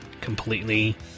completely